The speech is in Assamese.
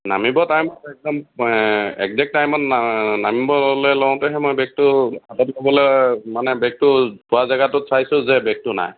নামিবৰ টাইমত একদম একজেক টাইমত নামিবলে লওঁতেহে মই বেগটো হাতত লবলৈ মানে বেগটো থোৱা জাগাটোত চাইছো যে বেগটো নাই